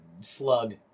slug